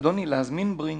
אדוני, מזמינים ברינקס,